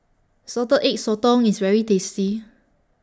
Salted Egg Sotong IS very tasty